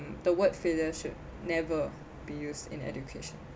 the word failure should never be used in education